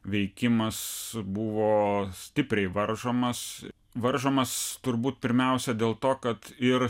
veikimas buvo stipriai varžomas varžomas turbūt pirmiausia dėl to kad ir